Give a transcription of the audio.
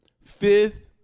fifth